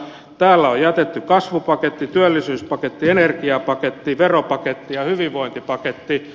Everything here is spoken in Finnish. täällä on jätetty kasvupaketti työllisyyspaketti energiapaketti veropaketti ja hyvinvointipaketti